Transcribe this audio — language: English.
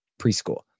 preschool